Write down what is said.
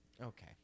Okay